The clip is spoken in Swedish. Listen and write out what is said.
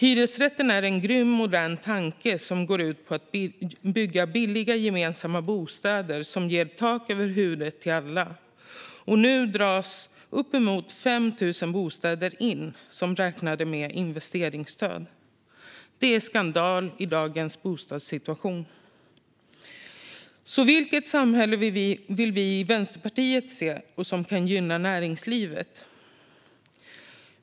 Hyresrätten är en grym, modern tanke som går ut på att bygga billiga gemensamma bostäder som ger tak över huvudet till alla. Men nu dras uppemot 5 000 bostäder in som räknade med investeringsstöd. Det är skandal i dagens bostadssituation. Vilket samhälle vill vi i Vänsterpartiet då se som kan gynna näringslivet?